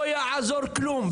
לא יעזור כלום.